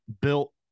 built